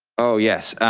oh, yes,